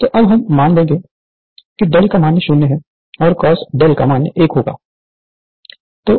तो अब हम मान लेते हैं δ 0 है और cos δ 1 होगा